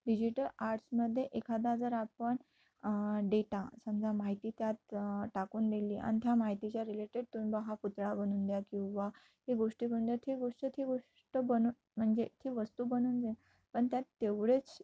digital आर्ट्समध्ये एखादा जर आपण डेटा समजा माहिती त्यात टाकून दिली आणि त्या माहितीच्या रिलेटेड तुम्ही हा पुतळा बनवून द्या किंवा ही गोष्टी बनवून द्या ती गोष्ट ती गोष्ट बनवून म्हणजे ती वस्तू बनवून जाईल पण त्यात तेवढेच